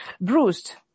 bruised